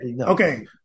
Okay